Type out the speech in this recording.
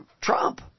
Trump